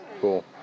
Cool